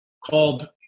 called